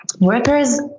workers